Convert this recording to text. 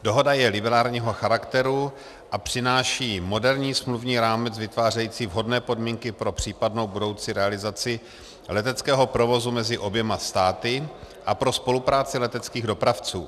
Dohoda je liberálního charakteru a přináší moderní smluvní rámec vytvářející vhodné podmínky pro případnou budoucí realizaci leteckého provozu mezi oběma státy a pro spolupráci leteckých dopravců.